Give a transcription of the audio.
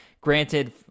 Granted